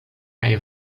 kaj